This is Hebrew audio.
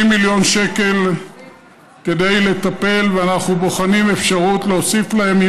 מיליון שקל כדי לטפל ואנחנו בוחנים אפשרות להוסיף להן,